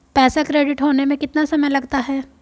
पैसा क्रेडिट होने में कितना समय लगता है?